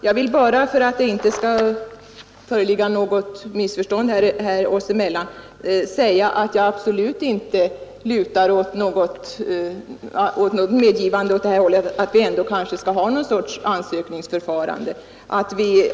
Jag vill bara understryka, för att något missförstånd oss emellan inte skall föreligga, att jag absolut inte lutar åt att det ändå skall finnas någon sorts ansökningsförfarande.